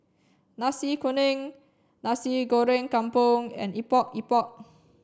Nasi Kuning Nasi Goreng Kampung and Epok Epok